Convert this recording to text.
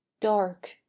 Dark